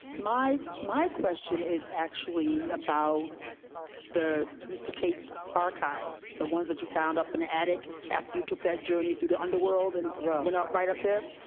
my my question is actually about the, mr. tate's archives the ones that you found up in attic after you took that journey through the underworld and went up right up there.